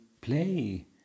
play